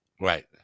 right